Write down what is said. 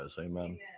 Amen